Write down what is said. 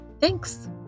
Thanks